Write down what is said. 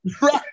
Right